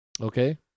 Okay